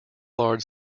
large